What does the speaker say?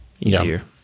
easier